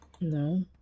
no